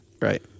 Right